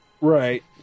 Right